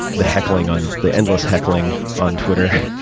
the heckling on, the endless heckling on twitter.